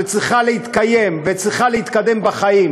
שצריכה להתקיים וצריכה להתקדם בחיים,